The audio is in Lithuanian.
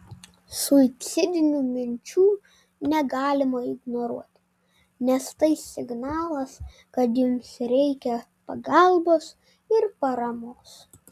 suicidinių minčių negalima ignoruoti nes tai signalas kad jums reikia pagalbos ir paramos